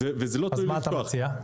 מה אתה מציע?